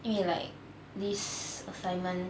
因为 like this assignment